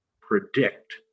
predict